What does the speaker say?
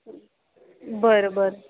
बरं बरं